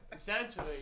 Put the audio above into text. Essentially